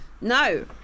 No